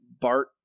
bart